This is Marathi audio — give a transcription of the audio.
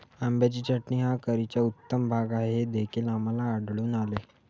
आंब्याची चटणी हा करीचा उत्तम भाग आहे हे देखील आम्हाला आढळून आले